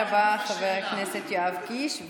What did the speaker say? תודה רבה, חבר הכנסת יואב קיש.